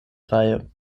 reihe